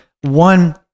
one